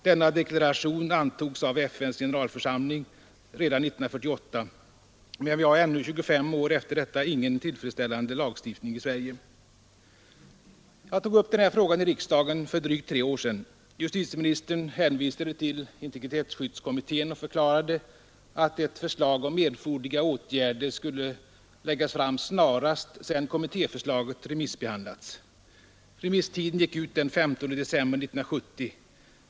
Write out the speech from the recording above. Denna deklaration antogs av FN:s generalförsamling redan 1948, men vi har ännu 25 år efter detta ingen tillfredsställande lagstiftning i Sverige. Jag tog upp denna fråga i riksdagen för drygt tre år sedan. Justitieministern hänvisade då till integritetsskyddskommittén och förklarade att ett förslag om erforderliga åtgärder skulle läggas fram snarast, sedan kommittéförslaget hade remissbehandlats. Remisstiden gick ut den 15 december 1970.